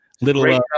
Little